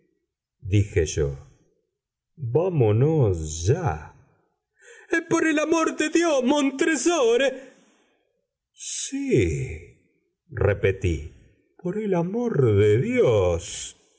dije yo vámonos ya por el amor de dios montresor sí repetí por el amor de dios